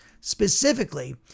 Specifically